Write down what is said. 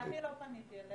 אני לא פניתי אליך.